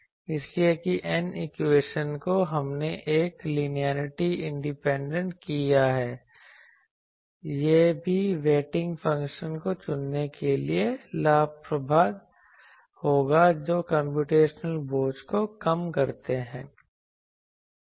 इसलिए कि n equation को जो हमने एक लीनियरली इंडिपेंडेंट किया है यह भी वेटिंग फ़ंक्शन को चुनने के लिए लाभप्रद होगा जो कम्प्यूटेशनल बोझ को कम करते हैं